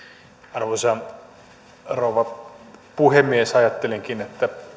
arvoisa rouva puhemies ajattelinkin